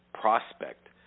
Prospect